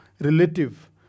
relative